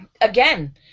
Again